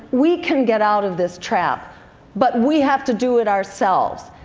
we can get out of this trap but we have to do it ourselves.